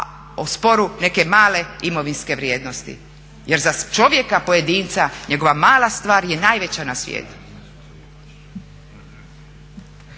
u sporu neke male imovinske vrijednosti. Jer za čovjeka pojedinca njegova mala stvar je najveća na svijetu.